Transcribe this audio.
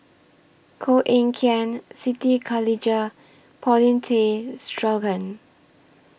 Koh Eng Kian Siti Khalijah Paulin Tay Straughan